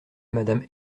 madame